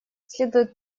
следует